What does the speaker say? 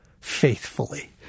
faithfully